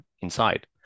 inside